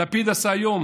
שלפיד עשה היום